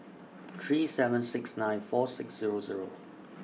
three seven six nine four six Zero Zero